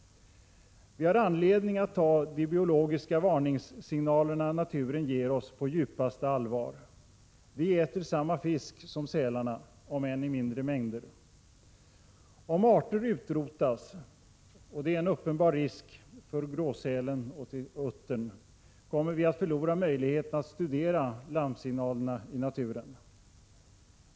Vi har anledning att ta de biologiska varningssignaler naturen ger oss på djupaste allvar. Vi äter samma fisk som sälarna, om än i mindre mängder. Om arter utrotas, och det är en uppenbar risk när det gäller gråsälen och uttern, kommer vi att förlora möjligheten att studera larmsignalerna i naturen.